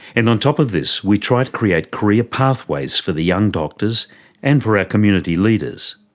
and on top of this we try to create career pathways for the young doctors and for our community leaders.